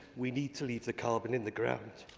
we need to leave the carbon in the ground.